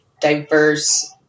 diverse